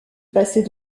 passait